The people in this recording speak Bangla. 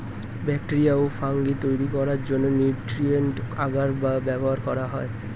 ব্যাক্টেরিয়া এবং ফাঙ্গি তৈরি করার জন্য নিউট্রিয়েন্ট আগার ব্যবহার করা হয়